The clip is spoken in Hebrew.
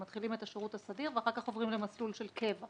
הם מתחילים את השירות הסדיר ואחר כך עוברים למסלול של קבע.